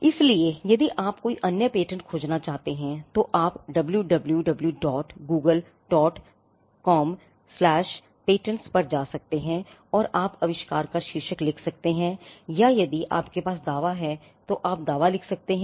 इसलिए यदि आप कोई अन्य पेटेंट खोजना चाहते हैं तो आप wwwgooglecompatents पर जा सकते हैं और आप आविष्कार का शीर्षक लिख सकते हैं या यदि आपके पास दावा है तो आप दावा लिख सकते हैं